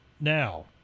Now